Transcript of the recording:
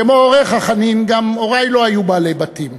כמו הוריך, חנין, גם הורי לא היו בעלי בתים.